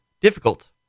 difficult